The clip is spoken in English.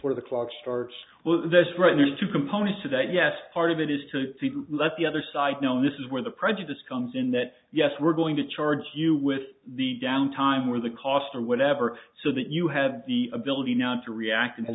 where the clock starts with this right there's two components to that yes part of it is to let the other side know this is where the prejudice comes in that yes we're going to charge you with the downtime where the cost or whatever so that you have the ability now to react and